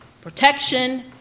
protection